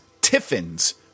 Tiffin's